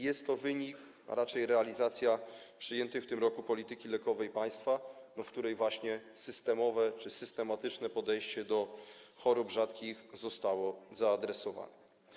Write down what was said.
Jest to wynik, a raczej realizacja przyjętej w tym roku polityki lekowej państwa, w ramach której właśnie systemowe czy systematyczne podejście do chorób rzadkich zostało zaadresowane.